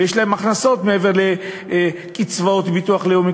שיש להם הכנסות מעבר לקצבאות ביטוח לאומי,